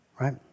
right